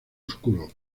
oscuro